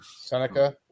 Seneca